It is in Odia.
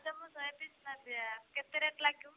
ଆଜ୍ଞା ମୁଁ ଶହେ ପିସ୍ ନେବି କେତେ ରେଟ୍ ଲାଗିବ